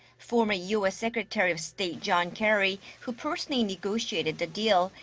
former u s. secretary of state john kerry, who personally negotiated the deal.